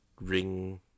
ring